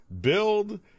build